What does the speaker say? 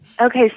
Okay